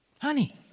Honey